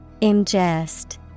ingest